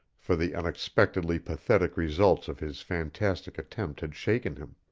for the unexpectedly pathetic results of his fantastic attempt had shaken him.